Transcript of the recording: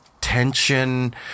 tension